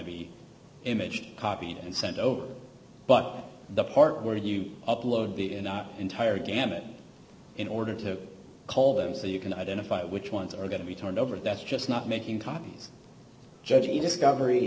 be imaged copied and sent over but the part where you upload the inot entire gamut in order to cull them so you can identify which ones are going to be turned over that's just not making copies judge a discovery